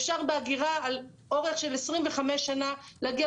אפשר באגירה על אורך של 25 שנה להגיע